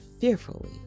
fearfully